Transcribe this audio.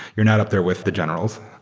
you're not up there with the generals.